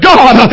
God